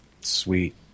sweet